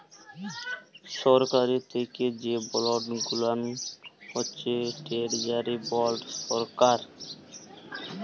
সরকারি থ্যাকে যে বল্ড গুলান হছে টেরজারি বল্ড সরকার